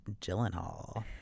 Gyllenhaal